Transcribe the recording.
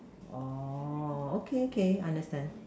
orh okay okay understand